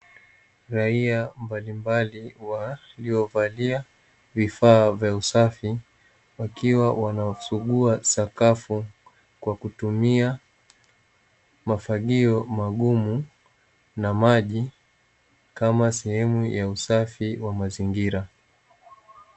Raia mbalimbali waliovalia vifaa vya usafi wakiwa wanasugua sakafu kwa kutumia mafagio magumu na maji kama sehemu ya usafi wa mazingira.